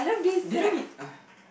didn't we